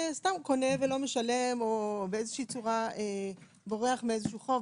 וקונה ולא משלם או בורח מחוב,